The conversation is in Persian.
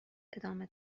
ادامه